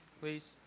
please